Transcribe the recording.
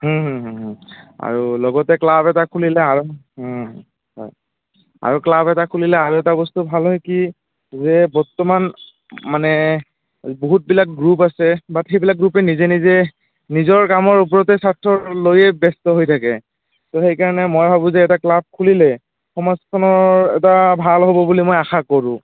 আৰু লগতে ক্লাব এটা খুলিলে আৰু হয় আৰু ক্লাব এটা খুলিলে আৰু এটা বস্তু ভাল হয় কি যে বৰ্তমান মানে বহুতবিলাক গ্ৰুপ আছে বাট সেইবিলাক গ্ৰুপে নিজে নিজে নিজৰ কামৰ ওপৰতে লৈয়ে ব্যস্ত হৈ থাকে ত' সেইকাৰণে মই ভাবোঁ যে এটা ক্লাব খুলিলে সমাজখনৰ এটা ভাল হ'ব বুলি মই আশা কৰোঁ